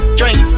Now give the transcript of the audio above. drink